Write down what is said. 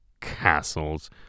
castles